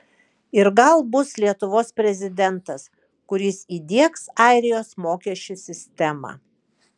ir gal bus lietuvos prezidentas kuris įdiegs airijos mokesčių sistemą